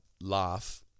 laugh